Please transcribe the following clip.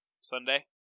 Sunday